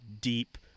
deep